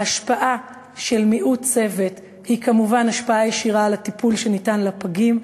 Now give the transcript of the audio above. ההשפעה של צוות מועט היא כמובן השפעה ישירה על הטיפול שניתן לפגים,